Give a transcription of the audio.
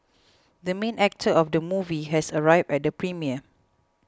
the main actor of the movie has arrived at the premiere